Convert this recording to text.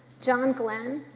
john glenn,